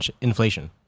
Inflation